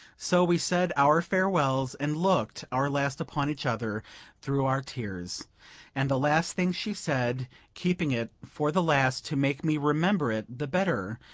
so we said our farewells, and looked our last upon each other through our tears and the last thing she said keeping it for the last to make me remember it the better,